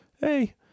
Hey